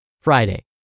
Friday